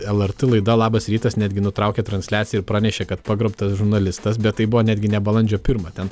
lrt laida labas rytas netgi nutraukė transliaciją ir pranešė kad pagrobtas žurnalistas bet tai buvo netgi ne balandžio pirmą ten